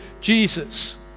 Jesus